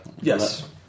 yes